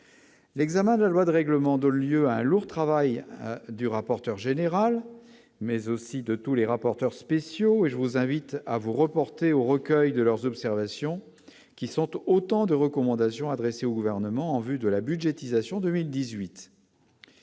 L'examen de la loi de règlement de lieux un lourd travail du rapporteur général mais aussi de tous les rapporteurs spéciaux et je vous invite à vous reporter au recueil de leurs observations qui sont autant de recommandations adressées au gouvernement en vue de la budgétisation 2018.